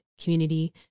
community